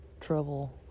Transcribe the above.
trouble